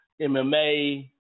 MMA